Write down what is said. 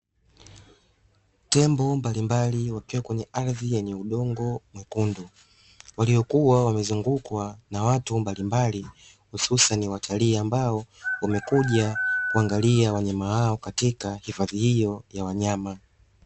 Tembo mbalimbali wakiwa kwenye ardhi yenye udongo mwekundu, waliokuwa wamezungukwa na watu mbalimbali hususani watalii ambao wame kuja kuangalia wanyama hao katika hifadhi hiyo ya wanyama.